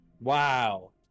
Wow